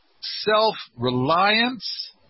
self-reliance